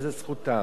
וזו זכותם.